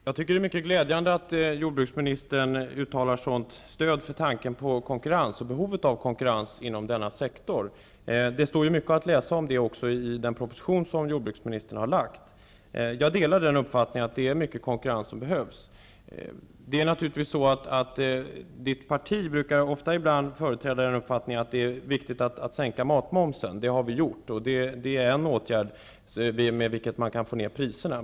Herr talman! Jag tycker det är mycket glädjande att jordbruksministern uttalar ett sådant stöd för tanken på konkurrens och behovet av konkurrens inom denna sektor. Det står också mycket att läsa om det i den proposition som jordbruksministern har lagt fram. Jag delar uppfattningen att det är konkurrens som behövs. Jordbruksministerns parti brukar ibland företräda uppfattningen att det är viktigt att sänka matmomsen. Det har vi gjort, och det är en åtgärd med vilken man kan få ned priserna.